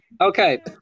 okay